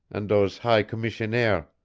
an' dose high commissionaire.